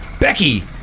becky